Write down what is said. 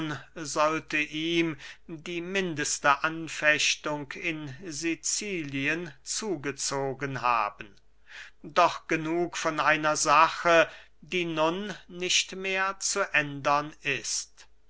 sollte ihm die mindeste anfechtung in sicilien zugezogen haben doch genug von einer sache die nun nicht mehr zu ändern ist